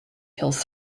kills